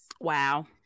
wow